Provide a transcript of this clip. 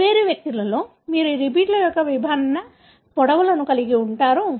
కాబట్టి వేర్వేరు వ్యక్తులలో మీరు ఈ రిపీట్ల యొక్క విభిన్న పొడవులను కలిగి ఉంటారు